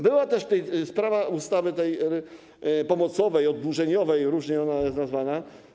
Była też tutaj sprawa ustawy pomocowej, oddłużeniowej, różnie ona jest nazywana.